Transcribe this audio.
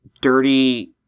dirty